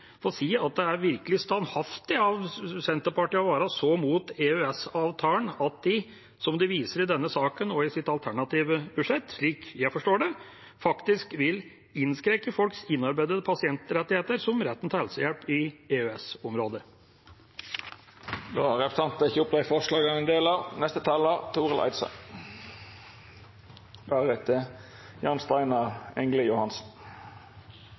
si at det er virkelig standhaftig av Senterpartiet å være så imot EØS-avtalen at de – som de viser i denne saken og i sitt alternative budsjett, slik jeg forstår det – faktisk vil innskrenke folks innarbeidede pasientrettigheter, som retten til helsehjelp i EØS-området. Representanten Tore Hagebakken har teke opp